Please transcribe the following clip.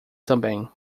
também